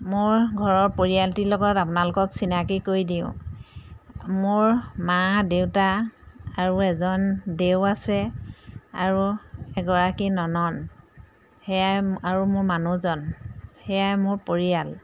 মোৰ ঘৰৰ পৰিয়ালটিৰ লগত আপোনালোকক চিনাকি কৰি দিওঁ মোৰ মা দেউতা আৰু এজন দেওৰ আছে আৰু এগৰাকী ননন্দ সেয়াই আৰু মোৰ মানুহজন সেয়াই মোৰ পৰিয়াল